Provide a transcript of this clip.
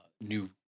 new